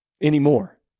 anymore